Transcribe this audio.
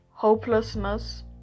Hopelessness